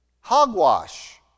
Hogwash